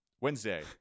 Wednesday